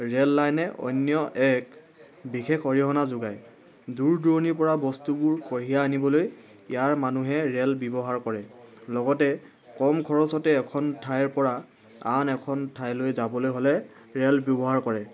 rail লাইনে অন্য এক বিশেষ অৰিহণা যোগায় দূৰ দূৰণিৰ পৰা বস্তুবোৰ কঢ়িয়াই আনিবলৈ ইয়াৰ মানুহে ৰে'ল ব্যৱহাৰ কৰে লগতে কম খৰচতে এখন ঠাইৰ পৰা আন এখন ঠাইলৈ যাবলৈ হ'লে ৰে'ল ব্যৱহাৰ কৰে